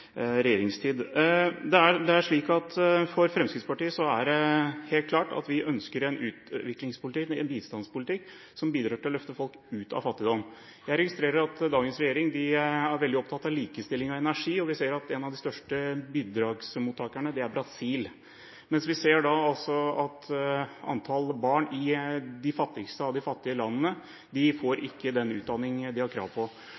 regjeringstid. Det er helt klart slik at Fremskrittspartiet ønsker en utviklingspolitikk og en bistandspolitikk som bidrar til å løfte folk ut av fattigdom. Jeg registrerer at dagens regjering er veldig opptatt av likestilling og energi, og vi ser at en av de største bidragsmottakerne er Brasil, mens vi ser at antall barn i de fattigste av de fattige landene ikke får den utdanningen de har krav på.